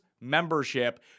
membership